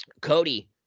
Cody